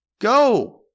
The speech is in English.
Go